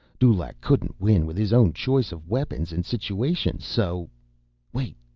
dulaq couldn't win with his own choice of weapons and situation, so wait,